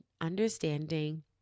understanding